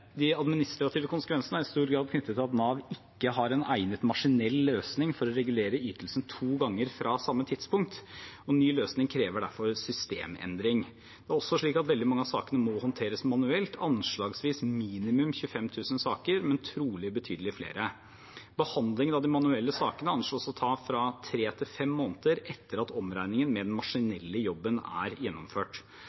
De administrative konsekvensene er i stor grad knyttet til at Nav ikke har en egnet maskinell løsning for å regulere ytelsen to ganger fra samme tidspunkt, og ny løsning krever derfor systemendring. Det er også slik at veldig mange av sakene må håndteres manuelt, anslagsvis minimum 25 000 saker, men trolig betydelig flere. Behandlingen av de manuelle sakene anslås å ta fra tre til fem måneder etter at omregningen med den